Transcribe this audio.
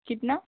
कितना